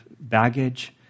baggage